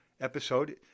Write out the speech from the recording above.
episode